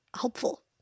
helpful